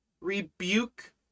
rebuke